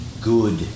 good